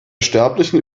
sterblichen